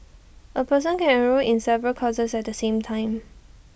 A person can enrol in several courses at the same time